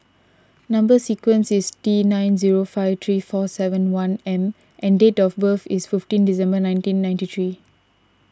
Number Sequence is T nine zero five three four seven one M and date of birth is fifteen December nineteen ninety three